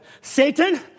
Satan